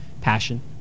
passion